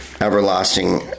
everlasting